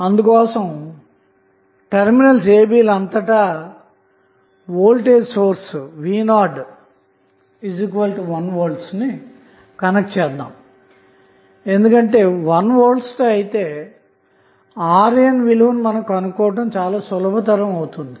అందుకోసం terminals ab అంతటావోల్టేజ్ source v0 1 V ని కనెక్ట్ చేద్దాము ఎందుకంటె 1 V తో అయితే RNవిలువను కనుగొనడం చాలా సులభం అవుతుంది